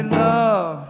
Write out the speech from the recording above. love